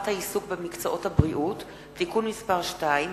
העיסוק במקצועות הבריאות (תיקון מס' 2),